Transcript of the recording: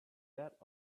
that